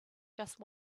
just